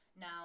Now